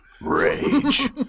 Rage